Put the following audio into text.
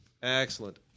Excellent